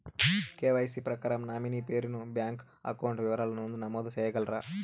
KYC ప్రకారం nominee పేరు ను బ్యాంకు అకౌంట్ వివరాల నందు నమోదు సేయగలరా?